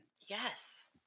yes